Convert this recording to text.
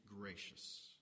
gracious